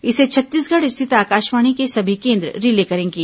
इसे छत्तीसगढ़ स्थित आकाशवाणी के सभी केंद्र रिले करेंगे